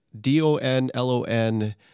D-O-N-L-O-N